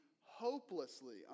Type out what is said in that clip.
hopelessly